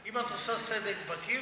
אם את עושה סדק בקיר,